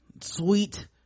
sweet